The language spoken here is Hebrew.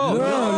לא.